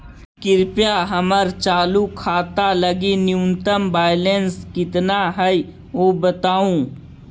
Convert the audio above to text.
कृपया हमर चालू खाता लगी न्यूनतम बैलेंस कितना हई ऊ बतावहुं